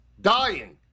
dying